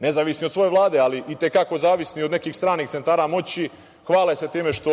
nezavisni od svoje Vlade, ali i te kako zavisni od nekih stranih centara moći, hvale se time što